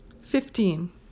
Fifteen